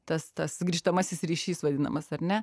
tas tas grįžtamasis ryšys vadinamas ar ne